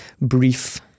brief